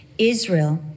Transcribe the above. Israel